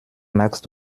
magst